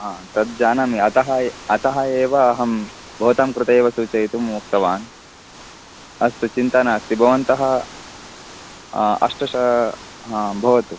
तत् जानामि अतः ए अतः एव अहं भवतां कृते एव सूचयितुम् उक्तवान् अस्तु चिन्ता नास्ति भवन्तः अष्टशा भवतु